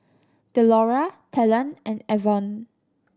Delora Talen and Avon